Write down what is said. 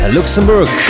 Luxembourg